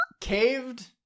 caved